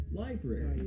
library